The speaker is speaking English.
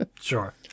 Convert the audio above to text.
Sure